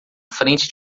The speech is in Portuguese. frente